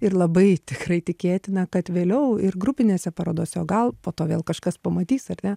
ir labai tikrai tikėtina kad vėliau ir grupinėse parodose o gal po to vėl kažkas pamatys ar ne